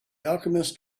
alchemist